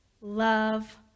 love